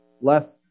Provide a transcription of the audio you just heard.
lest